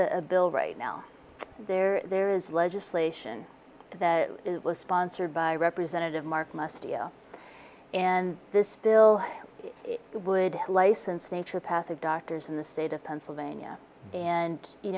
a bill right now there there is legislation that was sponsored by representative mark must and this bill would license nature path of doctors in the state of pennsylvania and you